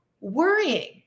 worrying